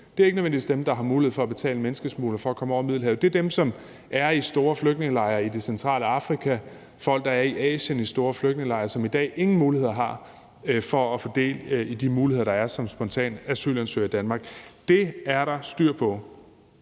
det er ikke nødvendigvis dem, som har mulighed for at betale menneskesmuglere for at komme over Middelhavet; det er dem, som er i store flygtningelejre det centrale Afrika, og folk, der er i store flygtningelejre i Asien, og som i dag ingen muligheder har for at få del i de muligheder, der er som spontan asylansøger. Dét er der styr på